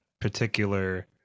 particular